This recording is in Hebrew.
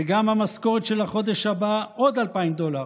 וגם את המשכורת של החודש הבא, עוד 2,000 דולר,